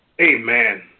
Amen